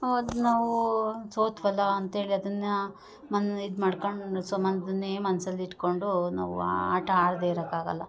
ಅದು ನಾವು ಸೋತ್ವಲ್ಲ ಅಂತೇಳಿ ಅದನ್ನು ಮನ ಇದು ಮಾಡ್ಕೊಂಡ್ ಸೊ ಮ ಅದನ್ನೇ ಮನ್ಸಲ್ಲಿ ಇಟ್ಕೊಂಡು ನಾವು ಆಟ ಆಡದೆ ಇರೋಕಾಗಲ್ಲ